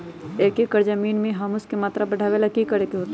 एक एकड़ जमीन में ह्यूमस के मात्रा बढ़ावे ला की करे के होतई?